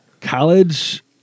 College